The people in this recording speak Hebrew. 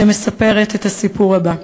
שמספרת את הסיפור הבא: